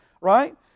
right